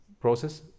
process